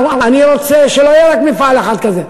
אני רוצה שלא יהיה רק מפעל אחד כזה.